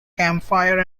campfire